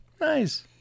Nice